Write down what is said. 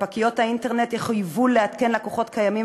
ספקיות האינטרנט יחויבו לעדכן לקוחות קיימים